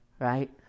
Right